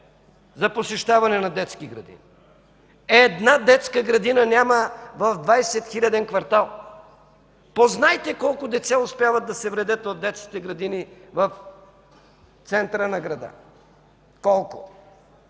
за посещаване на детски градини? Една детска градина няма в 20-хиляден квартал! Познайте колко деца успяват да се вредят в детските градини в центъра на града? Колко?